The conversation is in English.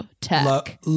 tech